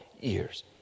years